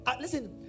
listen